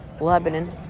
Lebanon